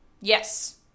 yes